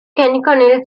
canonical